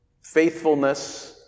Faithfulness